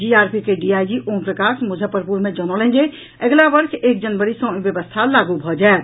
GRP के DIG Omprakash Muzaffarpur मे जनौलनि जे अगिला वर्ष एक जनवरी सॅ ई व्यवस्था लागू भऽ जायत